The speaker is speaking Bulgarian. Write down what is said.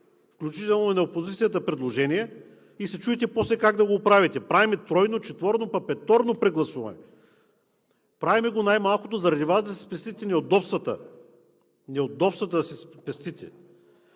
включително и на опозицията, предложение, и се чудите после как да го оправите. Правим тройно, четворно, петорно прегласуване. Правим го най-малкото заради Вас, за да си спестите неудобствата. Защото, доколкото